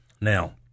Now